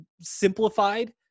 simplified